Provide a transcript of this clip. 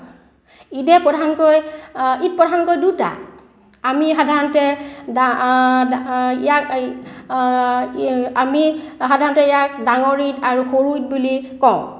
ঈদে প্ৰধানকৈ ঈদ প্ৰধানকৈ দুটা আমি সাধাৰণতে ইয়াক আমি সাধাৰণতে ইয়াক ডাঙৰ ঈদ আৰু সৰু ঈদ বুলি কওঁ